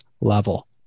level